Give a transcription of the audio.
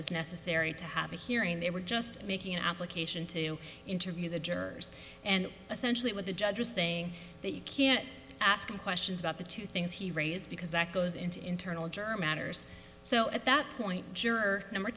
was necessary to have a hearing they were just making an application to interview the jurors and essentially what the judge is saying that you can ask him questions about the two things he raised because that goes into internal germ outers so at that point juror number